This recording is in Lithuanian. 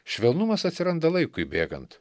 švelnumas atsiranda laikui bėgant